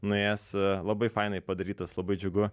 nuėjęs labai fainai padarytas labai džiugu